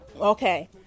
Okay